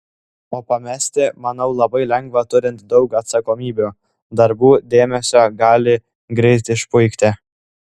o pamesti manau labai lengva turint daug atsakomybių darbų dėmesio gali greit išpuikti